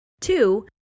Two